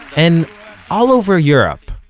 and all over europe,